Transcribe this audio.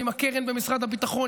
עם הקרן במשרד הביטחון,